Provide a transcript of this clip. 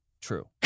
true